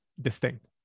distinct